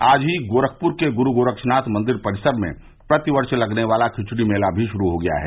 आज ही गोरखपुर के गुरू गोरक्षनाथ मंदिर परिसर में प्रति वर्ष लगने वाला खिचड़ी मेला भी शुरू हो गया है